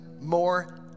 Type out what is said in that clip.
more